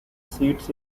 seats